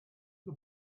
the